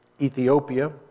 Ethiopia